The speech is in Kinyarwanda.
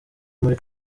muri